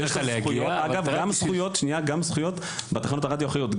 אגב גם התחנות הרדיו החילוניות.